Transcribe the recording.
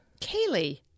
Kaylee